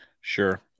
Sure